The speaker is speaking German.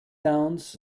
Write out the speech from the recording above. downs